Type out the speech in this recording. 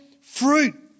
fruit